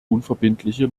unverbindliche